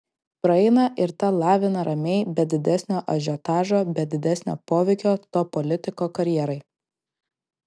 praeina ir ta lavina ramiai be didesnio ažiotažo be didesnio poveikio to politiko karjerai